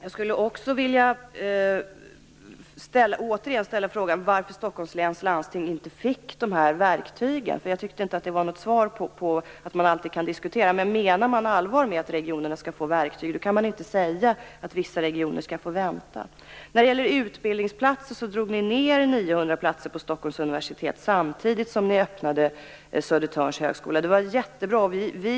Jag vill återigen ställa frågan varför Stockholms läns landsting inte fick de verktygen. Jag tyckte inte att det var något svar att säga att man alltid kan diskutera. Menar man allvar med att regionerna skall få verktyg kan man inte säga att vissa regioner skall få vänta. Vad gäller utbildningsplatser drog ni ned med 900 platser på Stockholms universitet samtidigt som ni öppnade Södertörns högskola. Det var jättebra att den öppnade.